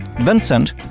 Vincent